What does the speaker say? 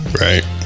right